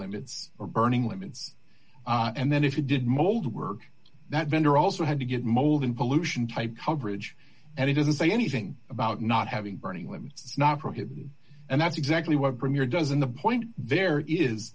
limits or burning limits and then if it did mold work that vendor also had to get mold in pollution type coverage and it doesn't say anything about not having burning limbs it's not prohibited and that's exactly what premier does in the point there is